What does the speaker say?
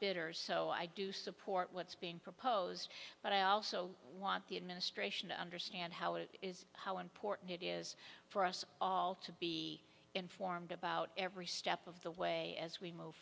bidders so i do support what's being proposed but i also want the administration to understand how it is how important it is for us all to be informed about every step of the way as we move